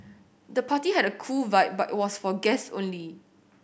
the party had a cool vibe but was for guests only